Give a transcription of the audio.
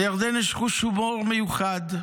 לירדן יש חוש הומור מיוחד,